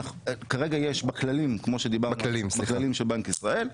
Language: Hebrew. בכללים של בנק ישראל.